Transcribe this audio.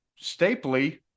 Stapley